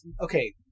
Okay